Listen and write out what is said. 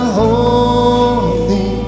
holy